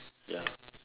ya